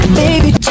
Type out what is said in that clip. baby